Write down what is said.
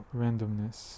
randomness